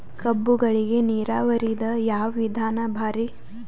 ಕಬ್ಬುಗಳಿಗಿ ನೀರಾವರಿದ ಯಾವ ವಿಧಾನ ಭಾರಿ?